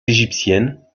égyptiennes